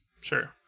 Sure